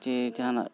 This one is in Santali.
ᱪᱮ ᱡᱟᱦᱟᱱᱟᱜ